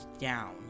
down